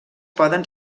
poden